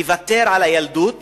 לוותר על הילדות